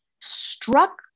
struck